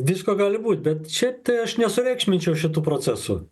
visko gali būt bet šiaip tai aš nesureikšminčiau šitų procesų